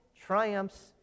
triumphs